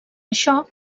això